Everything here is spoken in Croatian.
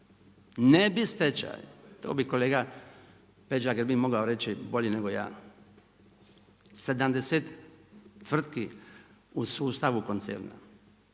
Ne bi stečaj, to bi kolega Peđa Grbin mogao reći bolje nego ja, 70 tvrtki u sustavu koncerna